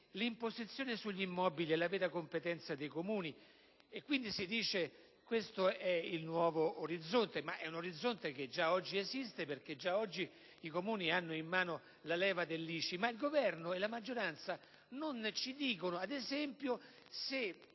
l'imposizione sugli immobili è la vera competenza dei Comuni; quindi, si dice che questo è il nuovo orizzonte. Ma è un orizzonte che già esiste, perché già oggi i Comuni hanno in mano la leva dell'ICI. Il Governo e la maggioranza però non ci dicono se, ad esempio, un